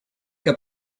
heb